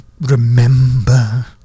remember